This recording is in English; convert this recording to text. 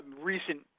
recent